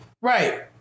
Right